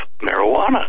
marijuana